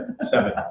seven